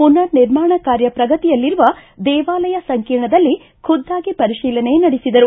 ಪುನರ್ ನಿರ್ಮಾಣ ಕಾರ್ಯ ಪ್ರಗತಿಯಲ್ಲಿರುವ ದೇವಾಲಯ ಸಂಕೀರ್ಣದಲ್ಲಿ ಖುದ್ದಾಗಿ ಪರಿಶೀಲನೆ ನಡೆಸಿದರು